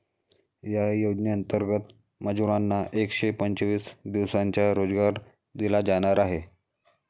या योजनेंतर्गत मजुरांना एकशे पंचवीस दिवसांचा रोजगार दिला जाणार आहे